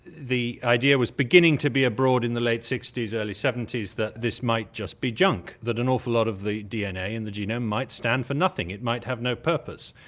the idea was beginning to be abroad in the late sixty s, early seventy s, that this might just be junk that an awful lot of the dna in the genome might stand for nothing, it might have no purpose.